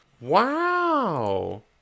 Wow